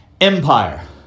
empire